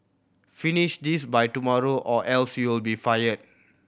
finish this by tomorrow or else you'll be fired